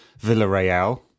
Villarreal